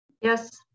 yes